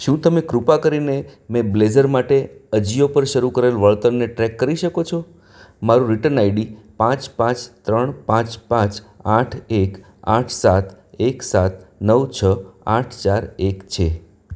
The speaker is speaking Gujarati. શું તમે કૃપા કરીને મેં બ્લેઝર માટે અજિયો પર શરૂ કરેલ વળતરને ટ્રેક કરી શકો છો મારું રીટર્ન આઈડી પાંચ પાંચ ત્રણ પાંચ પાંચ આઠ એક આઠ સાત એક સાત નવ છ આઠ ચાર એક છે